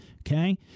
Okay